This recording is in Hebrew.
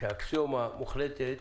כאקסיומה מוחלטת